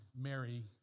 Mary